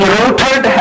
rooted